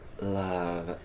Love